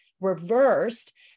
reversed